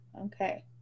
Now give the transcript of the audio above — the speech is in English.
Okay